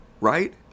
right